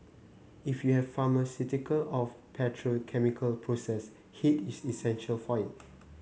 if you have pharmaceutical of petrochemical process heat is essential for it